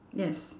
yes